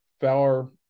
power –